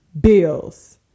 Bills